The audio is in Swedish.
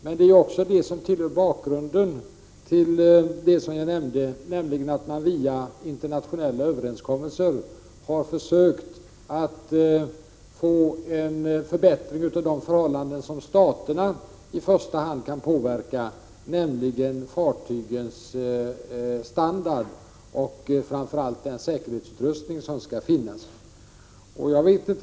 Men det är också detta som är bakgrunden till vad jag nämnde, nämligen att man via internationella överenskommelser har försökt att få en förbättring till stånd av de förhållanden som staterna i första hand kan påverka, dvs. fartygens standard och framför allt den säkerhetsutrustning som skall finnas.